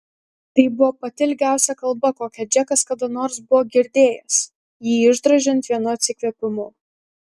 tai buvo pati ilgiausia kalba kokią džekas kada nors buvo girdėjęs jį išdrožiant vienu atsikvėpimu